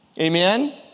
Amen